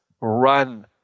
run